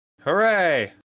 Hooray